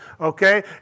okay